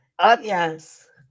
Yes